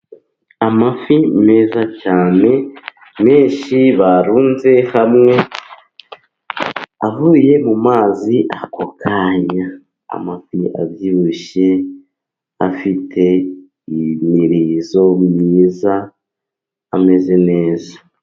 Amafi meza cyane menshi barunze hamwe avuye mu mazi ako kanya, amafi abyibushye afite imirizo myiza, ameze neza.